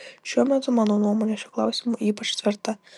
šiuo metu mano nuomonė šiuo klausimu ypač tvirta